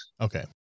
Okay